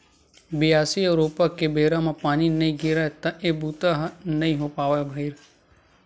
बियासी अउ रोपा के बेरा म पानी नइ गिरय त ए बूता ह नइ हो पावय भइर